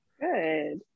Good